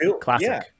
classic